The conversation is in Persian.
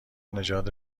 نژاد